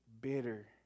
bitter